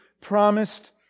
promised